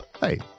Hey